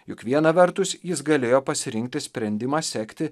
juk viena vertus jis galėjo pasirinkti sprendimą sekti